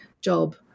job